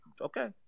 Okay